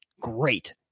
Great